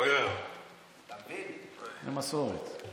זאת מסורת.